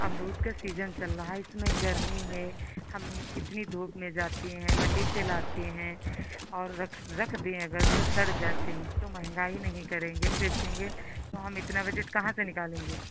अमरुद का सीजन चल रहा इसमें गर्मी है हम इतनी धूप में जाते हैं मंडी से लाते हैं और रख रख दें अगर तो सड़ जाते हैं तो महंगाई नहीं करेंगे देखेंगे तो हम इतना बजट कहाँ से निकालेंगे